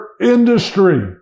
industry